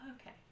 okay